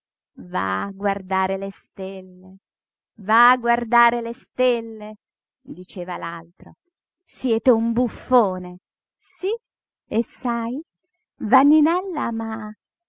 va a guardare le stelle va a guardare le stelle diceva l'altro siete un buffone sí e sai vanninella m'ha